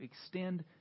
extend